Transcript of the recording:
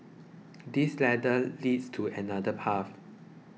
this ladder leads to another path